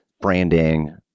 branding